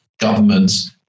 governments